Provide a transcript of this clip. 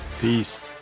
Peace